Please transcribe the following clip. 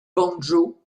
banjo